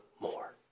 more